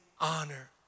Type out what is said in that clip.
honor